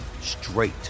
straight